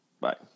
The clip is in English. Bye